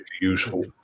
Useful